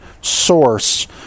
source